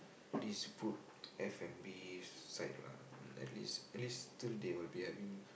this food F-and-B site lah at least at least still they will be having